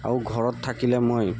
আৰু ঘৰত থাকিলে মই